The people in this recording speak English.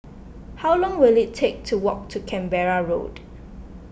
how long will it take to walk to Canberra Road